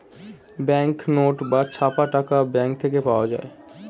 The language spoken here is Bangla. ব্যাঙ্ক নোট বা ছাপা টাকা ব্যাঙ্ক থেকে পাওয়া যায়